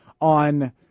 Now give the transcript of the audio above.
on